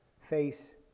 face